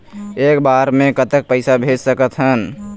एक बार मे कतक पैसा भेज सकत हन?